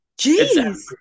Jeez